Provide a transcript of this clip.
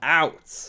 out